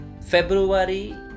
February